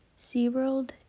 SeaWorld